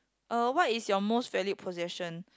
uh what is your most valued possession